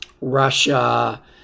Russia